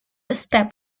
step